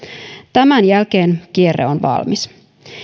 tämän jälkeen kierre on valmis